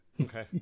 Okay